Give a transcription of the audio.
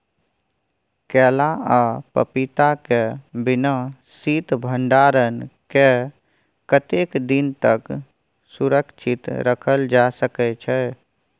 केला आ पपीता के बिना शीत भंडारण के कतेक दिन तक सुरक्षित रखल जा सकै छै?